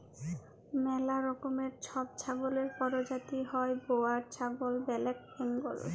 ম্যালা রকমের ছব ছাগলের পরজাতি হ্যয় বোয়ার ছাগল, ব্যালেক বেঙ্গল